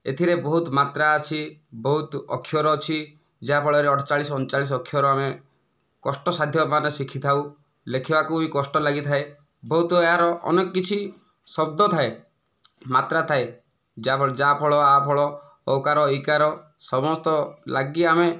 ଏଥିରେ ବହୁତ ମାତ୍ରା ଅଛି ବହୁତ ଅକ୍ଷର ଅଛି ଯାହାଫଳରେ ଅଠଚାଳିଶ ଅଣଚାଳିଶ ଅକ୍ଷର ଆମେ କଷ୍ଟସାଧ୍ୟ ଭାବେ ଶିଖିଥାଉ ଲେଖିବାକୁ ବି କଷ୍ଟ ଲାଗିଥାଏ ବହୁତ ଏହାର ଅନେକ କିଛି ଶବ୍ଦ ଥାଏ ମାତ୍ରା ଥାଏ ଯାହାଫଳରେ ଯା ଫଳ ଆ ଫଳ ଓ କାର ଐ କାର ସମସ୍ତ ଲାଗି ଆମେ